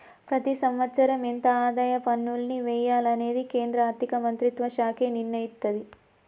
ప్రతి సంవత్సరం ఎంత ఆదాయ పన్నుల్ని వెయ్యాలనేది కేంద్ర ఆర్ధిక మంత్రిత్వ శాఖే నిర్ణయిత్తది